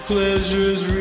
Pleasures